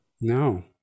No